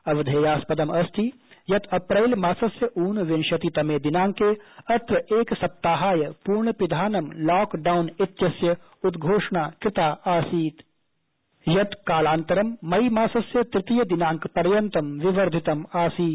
अवधेयास्पदमस्ति यत् अप्रैल मासस्य ऊनविंशतितमे दिनांके अत्र एक सप्ताहाय पूर्णपिधानम् लॉकडाउन इत्यस्य उद्घोषणा कृता आसीत् यत् कालान्तरं मई मासस्य तृतीय दिनांक पर्यन्तं विवर्धितम् आसीत्